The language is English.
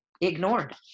ignored